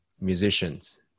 musicians